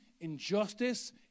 injustice